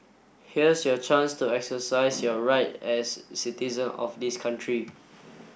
here's your chance to exercise your right as citizen of this country